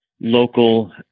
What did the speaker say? local